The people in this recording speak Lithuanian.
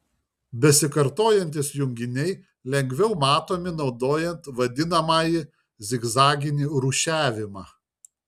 besikartojantys junginiai lengviau matomi naudojant vadinamąjį zigzaginį rūšiavimą